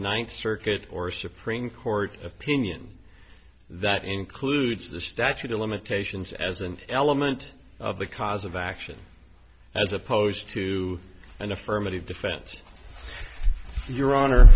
ninth circuit or supreme court opinion that includes the statute of limitations as an element of the cause of action as opposed to an affirmative defense your honor